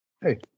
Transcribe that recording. Hey